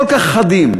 כל כך חדים,